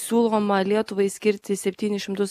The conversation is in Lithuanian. siūloma lietuvai skirti septynis šimtus